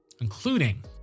including